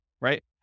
right